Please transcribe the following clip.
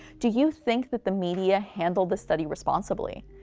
do you think that the media handled the study responsibly?